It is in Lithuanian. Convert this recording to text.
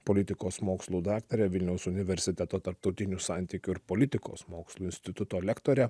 politikos mokslų daktarė vilniaus universiteto tarptautinių santykių ir politikos mokslų instituto lektorė